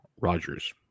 Rogers